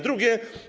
Drugie.